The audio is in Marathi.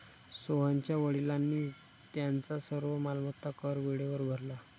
सोहनच्या वडिलांनी त्यांचा सर्व मालमत्ता कर वेळेवर भरला